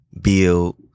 build